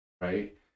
right